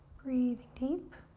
breathing deep.